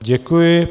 Děkuji.